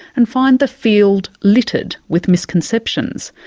and find the field littered with misconceptions.